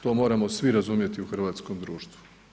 To moramo svi razumjeti u hrvatskom društvu.